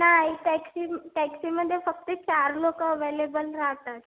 नाही टॅक्सी टॅक्सीमध्ये फक्त चार लोक अवेलेबल राहतात